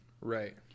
Right